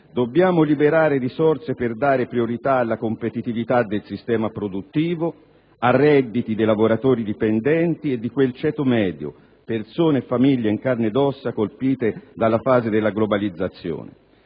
Dobbiamo liberare risorse per dare priorità alla competitività del sistema produttivo, ai redditi dei lavoratori dipendenti e di quel ceto medio, persone e famiglie in carne ed ossa, colpite dalla fase della globalizzazione.